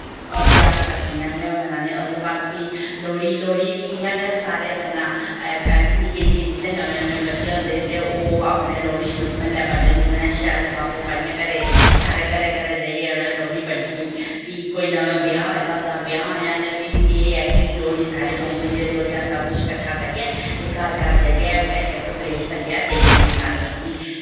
ध्योहार इयां गै बनाने फ्ही लोह्ड़ी लोह्ड़ी इयां सारें करनां पौृैह्लें जिंदै निक्के निक्के बच्चे होंदे हे उनैं लोह्ड़ी सारै म्ह्ल्लै बंडनी उनैं शैल लफाफे पाइयै घरें गी सारै घरें घरें जाइयै उनें लोह्ड़ी बंडनी फ्ही नमां ब्याह् होए दा होंदा ब्याहें आह्लैं बी एह् ऐ कि लोह्ड़ी सारे मुंगफली रियोड़ियां सब किश कट्ठा करियै ते घर घर जाइयै उनैं इक इक प्लेट भरियै देई आनी सारें गी